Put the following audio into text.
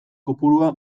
kopurua